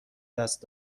دست